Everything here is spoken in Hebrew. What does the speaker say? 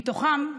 ומתוכם,